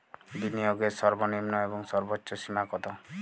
বিনিয়োগের সর্বনিম্ন এবং সর্বোচ্চ সীমা কত?